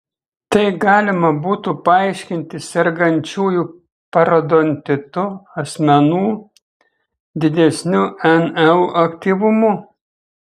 tai galima būtų paaiškinti sergančiųjų parodontitu asmenų didesniu nl aktyvumu